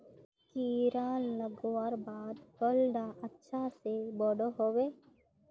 कीड़ा लगवार बाद फल डा अच्छा से बोठो होबे?